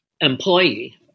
employee